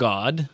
God